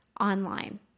online